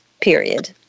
period